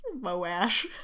Moash